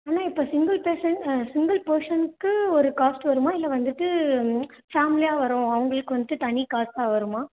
அண்ணா இப்போ single person single பெர்ஸனுக்கு ஒரு காஸ்ட் வருமா இல்லை வந்துவிட்டு பேமிலியாக வரவங்க அவங்களுக்கு வந்துவிட்டு தனி காசாக வருமா